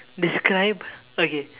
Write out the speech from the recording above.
describe okay